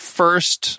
first